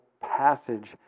passage